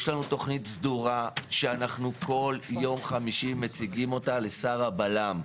יש לנו תוכנית סדורה שכל יום חמישי אנחנו מציגים אותה לשר הבל״מ.